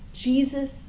Jesus